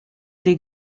des